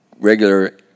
regular